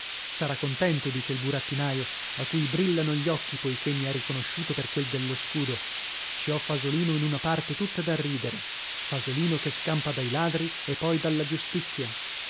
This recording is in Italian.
sarà contento dice il burattinaio a cui brillano gli occhi poichè mi ha riconosciuto per quel dello scudo ci ho fasolino in una parte tutta da ridere fasolino che scampa dai ladri e poi dalla giustizia